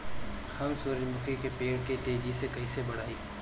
हम सुरुजमुखी के पेड़ के तेजी से कईसे बढ़ाई?